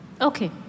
Okay